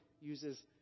uses